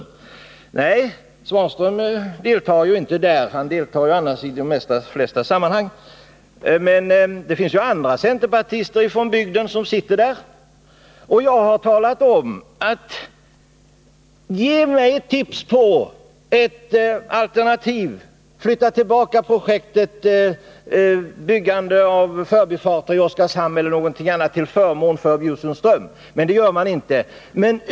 Ja, herr Svanström deltar inte där — han är annars medi de flesta sammanhang — men det finns andra centerpartister från bygden som sitter med, och jag har bett dem att ge mig ett tips om ett alternativ, t.ex. att flytta tillbaka det projekt som gäller förbifarten vid Oskarshamn, till förmån för Bjursundsström, men något sådant besked vill de inte ge.